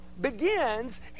begins